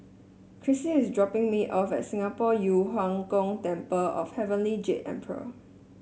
Cressie is dropping me off at Singapore Yu Huang Gong Temple of Heavenly Jade Emperor